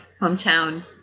hometown